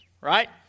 right